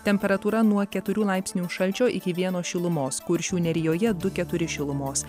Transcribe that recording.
temperatūra nuo keturių laipsnių šalčio iki vieno šilumos kuršių nerijoje du keturi šilumos